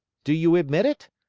do you admit it?